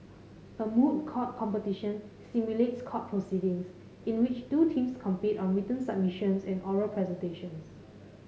a moot court competition simulates court proceedings in which two teams compete on written submissions and oral presentations